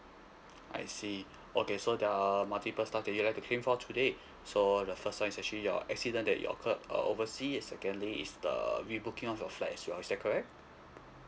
I see okay so there are multiple stuff that you like to claim for today so the first one is actually your accident that it occurred uh oversea secondly is the re-booking of your flight as well is that correct